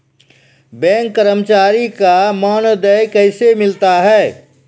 Bank कर्मचारी का मानदेय कैसे मिलता हैं?